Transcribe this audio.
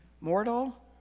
mortal